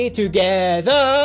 together